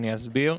ואני אסביר: